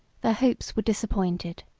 their hopes were disappointed.